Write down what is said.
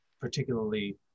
particularly